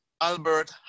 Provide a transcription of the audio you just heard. Albert